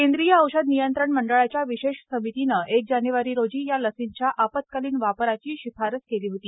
केंद्रीय औषध नियंत्रण मंडळाच्या विशेष समितीनं एक जानेवारी रोजी या लसींच्या आपत्कालीन वापराची शिफारस केली होती